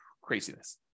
Craziness